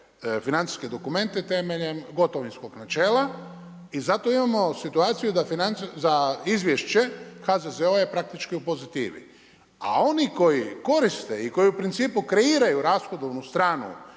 financijske dokumente temeljem gotovinskog načela i zato imamo situaciju da izvješće HZZO-a je praktički u pozitivi. A oni koji koriste koji u principu kreiraju rashodovnu stranu